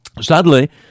Sadly